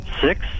Six